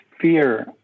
fear